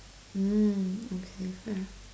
mm okay fair